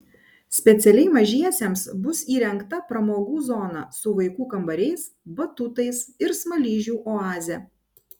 specialiai mažiesiems bus įrengta pramogų zona su vaikų kambariais batutais ir smaližių oaze